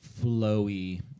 flowy